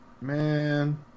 Man